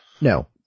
No